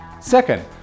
Second